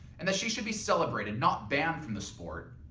and that she should be celebrated not banned from the sport.